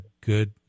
good